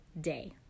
day